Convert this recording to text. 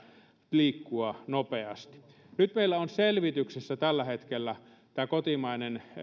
liikkua nopeasti meillä on selvityksessä nyt tällä hetkellä tämä kotimainen